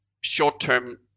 short-term